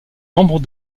membre